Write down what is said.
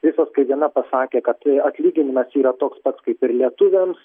visos kaip viena pasakė kad atlyginimas yra toks pats kaip ir lietuviams